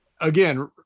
again